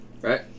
Right